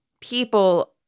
people